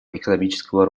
экономического